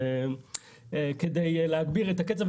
כדי להגביר את הקצב.